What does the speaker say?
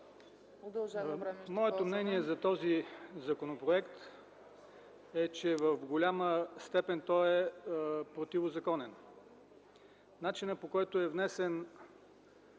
Моето мнение за този законопроект е, че в голяма степен е противозаконен. Начинът, по който е внесено